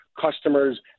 customers